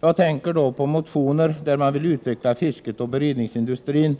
Jag tänker då på motioner där man säger att man vill utveckla fisket och beredningsindustrin